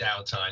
downtime